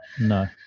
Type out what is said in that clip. No